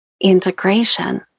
integration